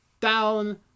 down